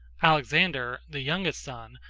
alexander, the youngest son,